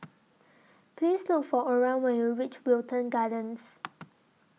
Please Look For Oran when YOU REACH Wilton Gardens